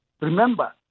remember